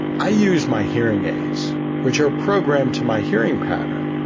i use my hearing aids which are programmed to my hearing pattern,